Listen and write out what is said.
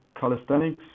calisthenics